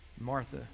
Martha